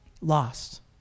lost